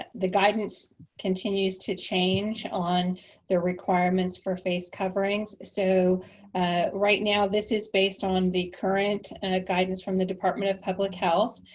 the guidance continues to change on the requirements for face coverings. so right now this is based on the current and guidance from the department of public health.